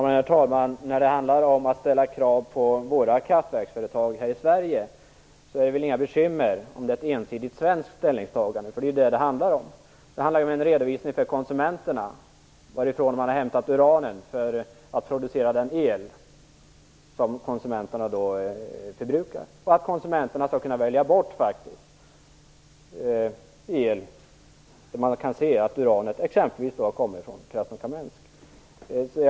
Herr talman! När det handlar om att ställa krav på våra kraftverksföretag här i Sverige är det väl inga bekymmer om det är ett ensidigt svenskt ställningstagande. För det är vad det handlar om. Det handlar om en redovisning för konsumenterna av varifrån man har hämtat uran för att producera den el som konsumenterna förbrukar och att konsumenterna skall kunna välja bort el där man kan se att uranet exempelvis har kommit från Krasnokamensk.